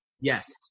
Yes